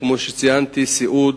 כמו שציינתי: סיעוד,